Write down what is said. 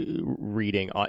reading